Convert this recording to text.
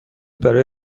برای